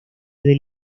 del